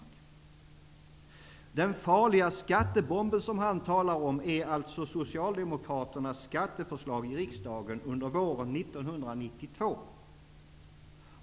Den farliga skattebomben, som han talar om, är alltså Socialdemokraternas skatteförslag i riksdagen under våren 1992.